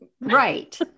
Right